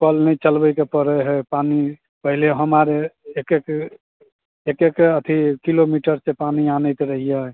कल नहि चलबैके पड़ैत हइ पानि पहिले हम आर एक एक एक एक अथी किलोमीटर से पानी आनैत रहियै